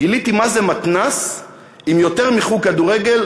גיליתי מה זה מתנ"ס עם יותר מחוג כדורגל,